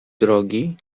drogi